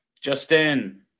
Justin